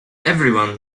everyone